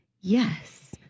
yes